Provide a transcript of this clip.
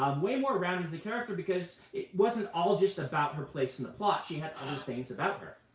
um way more rounded as a character, because it wasn't all just about her place in the plot. she had other things about her.